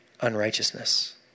unrighteousness